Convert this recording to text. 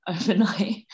overnight